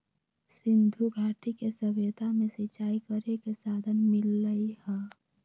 सिंधुघाटी के सभ्यता में सिंचाई करे के साधन मिललई ह